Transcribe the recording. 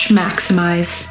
maximize